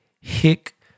Hick